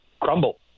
crumble